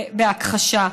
בהכחשה.